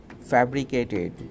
fabricated